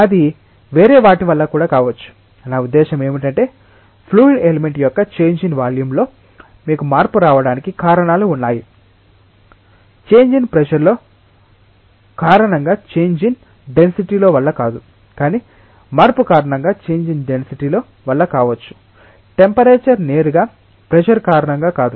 అది వేరే వాటి వల్ల కూడా కావచ్చు నా ఉద్దేశ్యం ఏమిటంటే ఫ్లూయిడ్ ఎలిమెంట్ యొక్క చేంజ్ ఇన్ వాల్యూం లో మీకు మార్పు రావడానికి కారణాలు ఉన్నాయి చేంజ్ ఇన్ ప్రెషర్ లో కారణంగా చేంజ్ ఇన్ డెన్సిటీలో వల్ల కాదు కానీ మార్పు కారణంగా చేంజ్ ఇన్ డెన్సిటీలో వల్ల కావచ్చు టెంపరేచర్ నేరుగా ప్రెషర్ కారణంగా కాదు